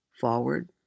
Forward